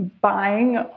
buying